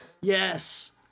Yes